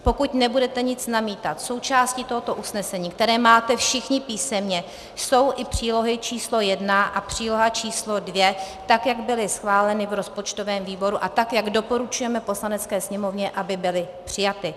Pokud nebudete nic namítat, součástí tohoto usnesení, které máte všichni písemně, jsou i přílohy číslo 1 a příloha číslo 2, tak jak byly schváleny v rozpočtovém výboru a tak jak doporučujeme Poslanecké sněmovně, aby byly přijaty.